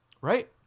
right